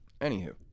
Anywho